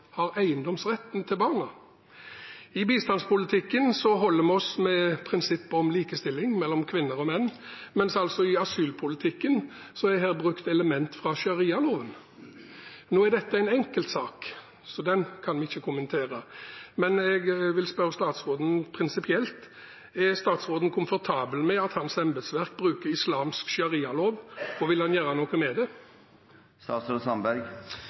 har eiendomsretten til barna. I bistandspolitikken holder vi oss med prinsippet om likestilling mellom kvinner og menn, mens i asylpolitikken er det altså her brukt elementer fra sharialovene. Nå er dette en enkeltsak, så den kan vi ikke kommentere, men jeg vil spørre statsråden prinsipielt: Er statsråden komfortabel med at hans embetsverk bruker islamsk sharialov, og vil han gjøre noe med det?